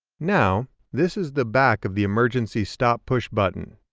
now, this is the back of the emergency stop push button.